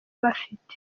bafite